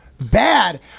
bad